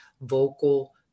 vocal